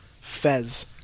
Fez